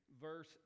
verse